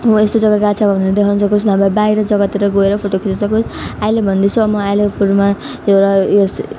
यस्तो जग्गा गएको छ भनेर देखाउन सकियोस् नभए बाहिर जग्गातिर गएर फोटो खिच्न सकियोस् अहिले भन्दैछु अब म अलिपुरमा एउटा उयो